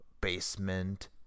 basement